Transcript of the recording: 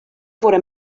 fore